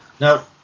Now